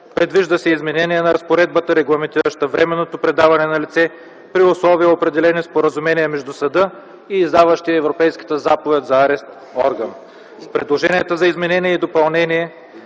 Предвижда се и изменение на разпоредбата, регламентираща временното предаване на лице при условия, определени в споразумение между съда и издаващия европейската заповед за арест орган. Предложенията за изменение и допълнение